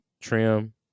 trim